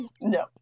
No